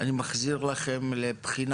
אני מחזיר לכם לבחינה